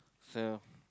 so